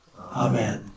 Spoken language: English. Amen